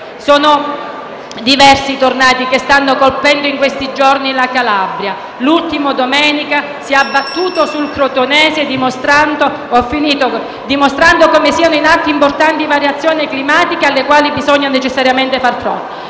Sono diversi i *tornado* che stanno colpendo in questi giorni la Calabria; l'ultimo domenica si è abbattuto sul crotonese, dimostrando come siano in atto importanti variazioni climatiche alle quali bisogna necessariamente far fronte.